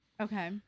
Okay